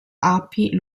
api